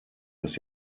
dass